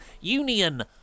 Union